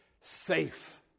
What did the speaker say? safe